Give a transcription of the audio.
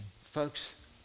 folks